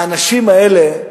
האנשים האלה,